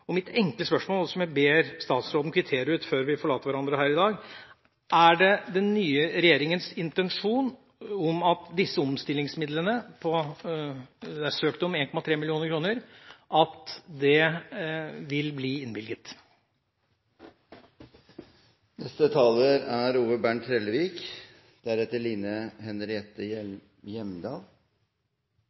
Mitt enkle spørsmål, som jeg ber statsråden kvittere ut før vi forlater hverandre her i dag, er: Er det den nye regjeringas intensjon at disse omstillingsmidlene – det er søkt om